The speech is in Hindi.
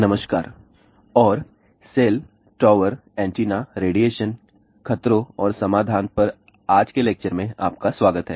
नमस्कार और सेल टॉवर एंटीना रेडिएशन खतरों और समाधान पर आज के लेक्चर में आपका स्वागत है